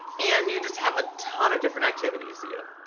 and you just have a ton of different activities to do.